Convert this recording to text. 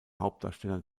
hauptdarsteller